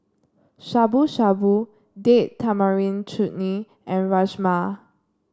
Shabu Shabu Date Tamarind Chutney and Rajma